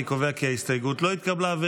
אני קובע כי ההסתייגות לא התקבלה.